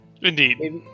Indeed